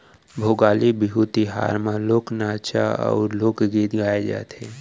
भोगाली बिहू तिहार म लोक नाचा अउ लोकगीत गाए जाथे